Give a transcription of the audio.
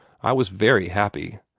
i was very happy.